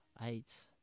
eight